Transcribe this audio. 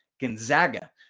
Gonzaga